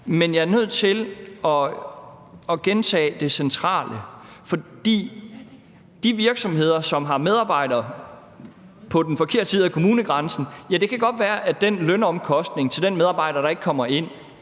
Men jeg er nødt til at gentage det centrale, for for de virksomheder, som har medarbejdere på den forkerte side af kommunegrænsen, kan det godt være, at der bliver betalt noget af lønomkostningen, 75 eller 90